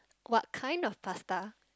what kind of pasta